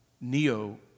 Neo